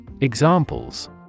Examples